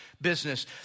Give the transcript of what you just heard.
business